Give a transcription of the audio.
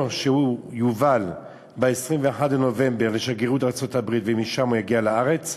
או שהוא יובל ב-21 בנובמבר לשגרירות בארצות-הברית ומשם הוא יגיע לארץ,